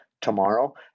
tomorrow